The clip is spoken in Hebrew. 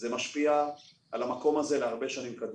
זה משפיע על המקום הזה להרבה שנים קדימה.